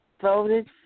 voted